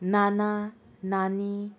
नाना नानी